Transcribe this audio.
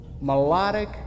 melodic